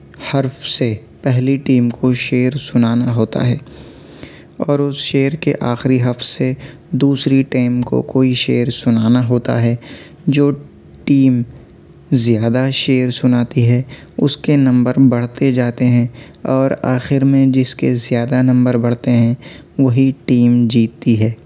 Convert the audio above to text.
حرف سے پہلی ٹیم کو شعر سنانا ہوتا ہے اور اُس شعر کے آخری حرف سے دوسری ٹیم کو شعر سنانا ہوتا ہے جو ٹیم زیادہ شعر سناتی ہے اُس کے نمبر بڑھتے جاتے ہیں اور آخر میں جس کے زیادہ نمبر بڑھتے ہیں وہی ٹیم جیتتی ہے